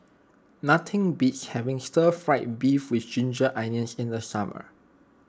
nothing beats having Stir Fry Beef with Ginger Onions in the summer